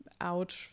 out